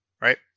right